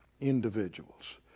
individuals